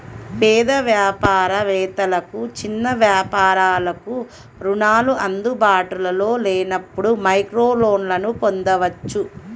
పేద వ్యాపార వేత్తలకు, చిన్న వ్యాపారాలకు రుణాలు అందుబాటులో లేనప్పుడు మైక్రోలోన్లను పొందొచ్చు